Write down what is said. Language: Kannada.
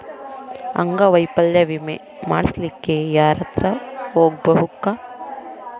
ಅಂಗವೈಫಲ್ಯ ವಿಮೆ ಮಾಡ್ಸ್ಲಿಕ್ಕೆ ಯಾರ್ಹತ್ರ ಹೊಗ್ಬ್ಖು?